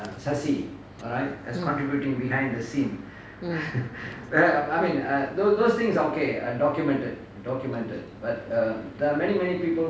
mm mm